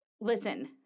listen